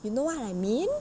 you know what I mean